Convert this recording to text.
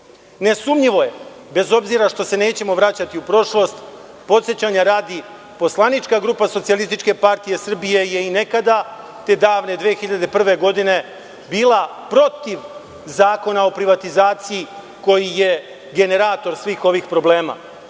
drugi? Nesumnjivo, bez obzira što se nećemo vraćati u prošlost, podsećanja radi, poslanička grupa SPS je i nekada, te davne 2001. godine, bila protiv Zakona o privatizaciji, koji je generator svih ovih problema.